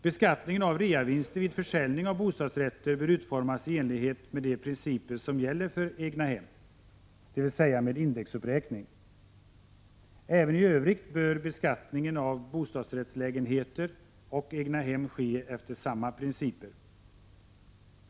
Beskattning av reavinsten vid försäljning av bostadsrätt bör utformas efter samma principer som gäller för egnahem, dvs. med en indexuppräkning. Även i övrigt bör beskattning av bostadsrättslägenheter och egnahem ske efter samma principer.